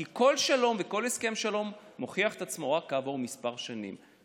כי כל שלום וכל הסכם שלום מוכיח את עצמו רק כעבור כמה שנים.